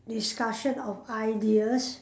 discussion of ideas